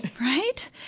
right